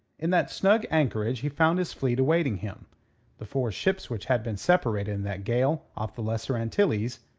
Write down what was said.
in that snug anchorage he found his fleet awaiting him the four ships which had been separated in that gale off the lesser antilles,